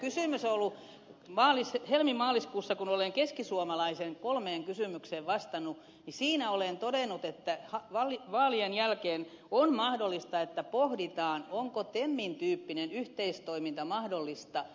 kysymys on ollut siitä että helmimaaliskuussa kun olen keskisuomalaisen kolmeen kysymykseen vastannut siinä olen todennut että vaalien jälkeen on mahdollista että pohditaan onko temin tyyppinen yhteistoiminta mahdollista